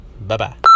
Bye-bye